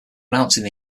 announcing